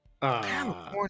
California